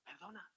Perdona